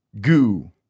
Goo